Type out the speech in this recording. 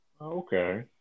Okay